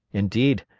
indeed,